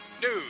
news